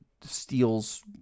steals